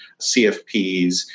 CFPs